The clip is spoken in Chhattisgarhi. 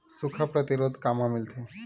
सुखा प्रतिरोध कामा मिलथे?